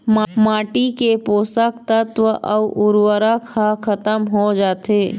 माटी के पोसक तत्व अउ उरवरक ह खतम हो जाथे